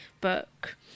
book